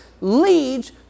leads